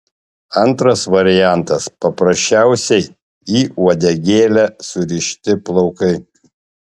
antras variantas paprasčiausiai į uodegėlę surišti plaukai